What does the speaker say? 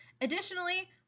additionally